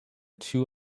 too